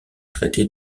traiter